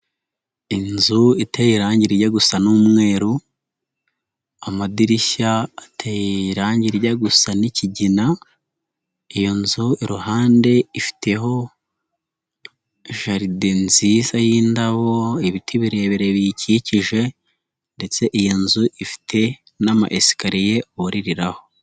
Inzu iteye irangi rijya gusa n'umweru, amadirishya ateye irangi rijya gusa n'ikigina, iyo nzu iruhande ifite jaride nziza y'indabo, ibiti birebire biyikikije ndetse iyi nzu ifite n'ama esikariye buririraho.